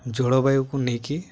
ଜଳବାୟୁକୁ ନେଇକି